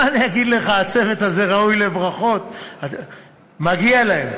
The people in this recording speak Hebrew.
מה אני אגיד לך, הצוות הזה ראוי לברכות, מגיע להם.